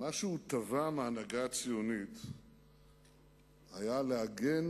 מה שהוא תבע מההנהגה הציונית היה לעגן